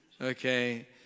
Okay